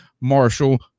Marshall